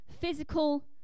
physical